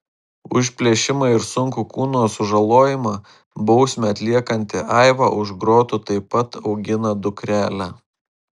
už plėšimą ir sunkų kūno sužalojimą bausmę atliekanti aiva už grotų taip pat augina dukrelę